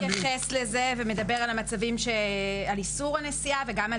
החוק מתייחס לזה ומדבר על איסור הנשיאה וגם על